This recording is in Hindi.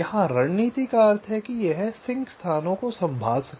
यहां रणनीति का अर्थ है कि यह सिंक स्थानों को संभाल सके